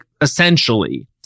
essentially